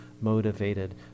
motivated